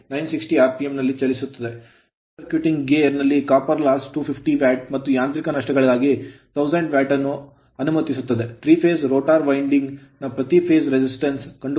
short circuiting gear short circuiting gear ನಲ್ಲಿ copper loss ತಾಮ್ರದ ನಷ್ಟಕ್ಕೆ 250 ವ್ಯಾಟ್ ಮತ್ತು ಯಾಂತ್ರಿಕ ನಷ್ಟಗಳಿಗಾಗಿ 1000 ವ್ಯಾಟ್ ಅನ್ನು ಅನುಮತಿಸುತ್ತದೆ 3 phase phase rotor winding rotor winding ನ ಪ್ರತಿ ಫೇಸ್ resistance ಪ್ರತಿರೋಧವನ್ನು ಕಂಡುಕೊಳ್ಳಿ